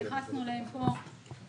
התייחסנו אליהם פה.